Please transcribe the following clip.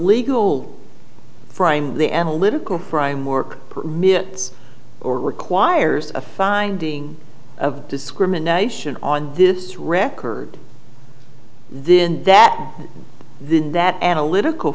legal frame the analytical crime work permits or requires a finding of discrimination on this record then that then that analytical